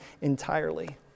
entirely